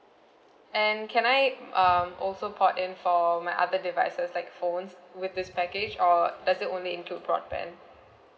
and can I um also port in for my other devices like phones with this package or does it only include broadband